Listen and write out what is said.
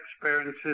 experiences